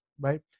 right